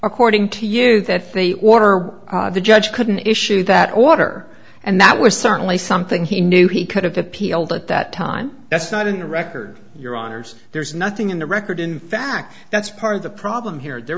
according to you that they order the judge couldn't issue that water and that was certainly something he knew he could have appealed at that time that's not in the record your honour's there's nothing in the record in fact that's part of the problem here there